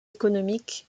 économiques